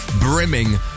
brimming